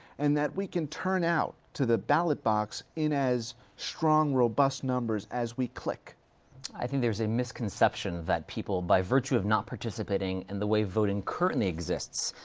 and that we can turn out to the ballot box in as strong, robust numbers as we click? rattray i think there's a misconception that people, by virtue of not participating, and the way voting currently exists,